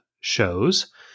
shows